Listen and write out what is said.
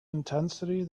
intensity